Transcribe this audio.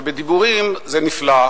שבדיבורים זה נפלא,